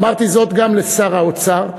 אמרתי זאת גם לשר האוצר,